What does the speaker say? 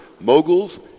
moguls